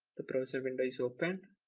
the browser window is opened,